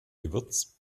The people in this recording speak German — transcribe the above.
gewürz